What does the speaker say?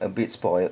a bit spoilt